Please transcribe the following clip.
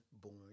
born